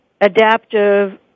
adaptive